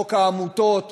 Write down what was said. חוק העמותות,